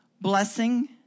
blessing